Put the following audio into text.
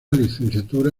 licenciatura